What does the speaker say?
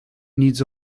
needs